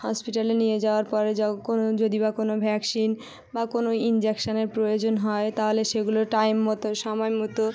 হসপিটালে নিয়ে যাওয়ার পরে যাউ কোনো যদি বা কোনো ভ্যাকশিন বা কোনো ইনজেকশনের প্রয়োজন হয় তাহলে সেগুলো টাইম মতো সময় মতো